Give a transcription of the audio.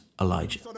Elijah